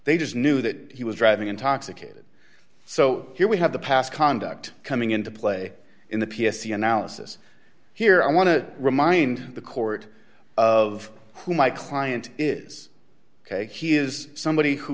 they just knew that he was driving intoxicated so here we have the past conduct coming into play in the p s c analysis here i want to remind the court of who my client is ok he is somebody who